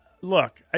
Look